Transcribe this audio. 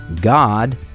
God